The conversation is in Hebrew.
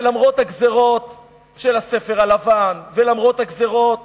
למרות הגזירות של הספר הלבן ולמרות הגזירות